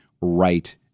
right